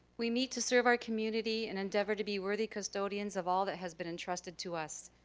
we need to serve our community and endeavour to be worthy custodians of all that has been entrusted to us.